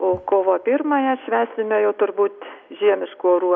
o kovo pirmąją švęsime jau turbūt žiemiškų orų